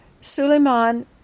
Suleiman